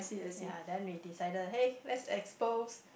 ya then we decided hey let's expose